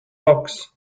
box